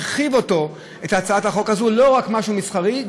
החוק הרחיב את הצעת החוק הזאת: לא רק משהו מסחרי,